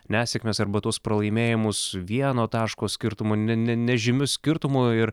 nesėkmes arba tuos pralaimėjimus vieno taško skirtumu ne ne nežymiu skirtumu ir